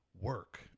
work